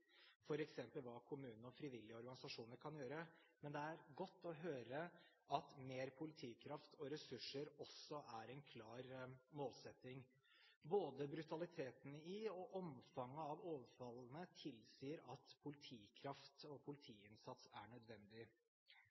hva kommunen og frivillige organisasjoner kan gjøre. Men det er godt å høre at mer politikraft og ressurser også er en klar målsetting. Både brutaliteten i og omfanget av overfallene tilsier at politikraft og politiinnsats er nødvendig.